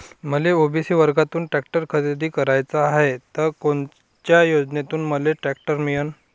मले ओ.बी.सी वर्गातून टॅक्टर खरेदी कराचा हाये त कोनच्या योजनेतून मले टॅक्टर मिळन?